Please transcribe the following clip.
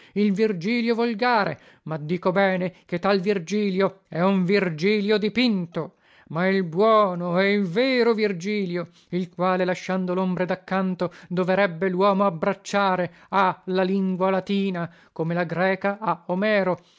il virgilio volgare ma dico bene che tal virgilio è un virgilio dipinto ma il buono e il vero virgilio il quale lasciando lombre da canto doverebbe luomo abbracciare ha la lingua latina come la greca ha omero